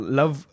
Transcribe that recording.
love